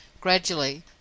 gradually